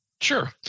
Sure